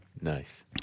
nice